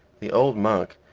the old monk,